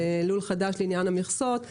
ללול חדש לעניין המכסות,